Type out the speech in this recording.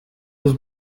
was